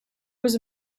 was